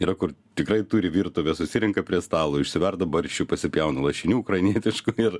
yra kur tikrai turi virtuvę susirenka prie stalo išsiverda barščių pasipjauna lašinių ukrainietiškų ir